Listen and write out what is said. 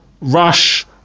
Rush